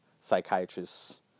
psychiatrists